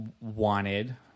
wanted